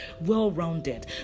well-rounded